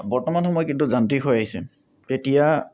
বৰ্তমান সময় কিন্তু যান্ত্ৰিক হৈ আহিছে তেতিয়া